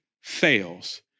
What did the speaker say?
fails